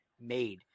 made